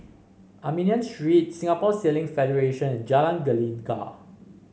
Armenian Street Singapore Sailing Federation and Jalan Gelegar